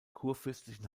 kurfürstlichen